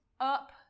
up